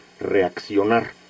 reaccionar